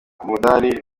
umudari